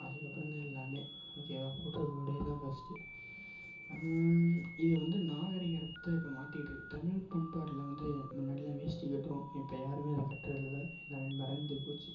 அதுக்கப்புறம் தான் எல்லாமே ஓகேவாக போட்டிருக்க உடையை தான் ஃபஸ்ட்டு இது வந்து நாகரிகத்தை இப்போ மாத்திகிட்டு இருக்குது தமிழ் பண்பாட்டில் வந்து முன்னாடியெலாம் வேஷ்டி கட்டுவோம் இப்போ யாருமே அதை கட்டுறது இல்லை எல்லாமே மறந்து போச்சு